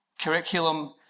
Curriculum